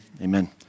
amen